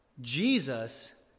Jesus